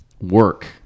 work